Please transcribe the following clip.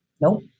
Nope